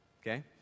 okay